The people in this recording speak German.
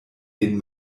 den